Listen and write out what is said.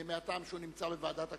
מהטעם שהוא נמצא בוועדת הכספים,